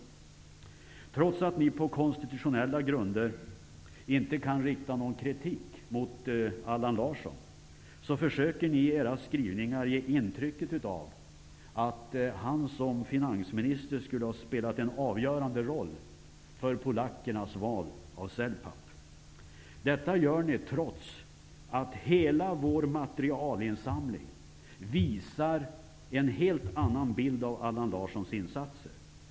Trots att de borgerliga partierna på konstitutionella grunder inte kan rikta någon kritik mot Allan Larsson, försöker de i sina skrivningar ge intrycket av att han som finansminister skulle ha spelat en avgörande roll för polackernas val av NLK-Celpap. Detta gör de trots att hela vår materialinsamling visar en helt annan bild av Allan Larssons insatser.